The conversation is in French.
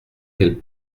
quelle